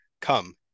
Come